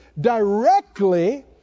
directly